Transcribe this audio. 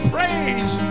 Praise